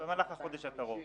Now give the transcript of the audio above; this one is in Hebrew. במהלך החודש הקרוב.